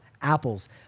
apples